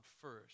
first